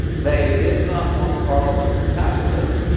they did not want parliament to tax them